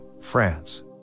France